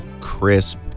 crisp